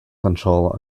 control